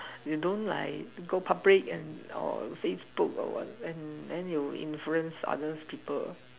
you don't like go public and or Facebook or what then you influence other people